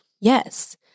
Yes